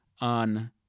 on